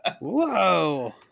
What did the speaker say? Whoa